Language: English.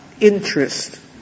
interest